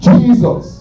Jesus